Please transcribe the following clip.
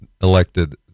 elected